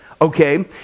Okay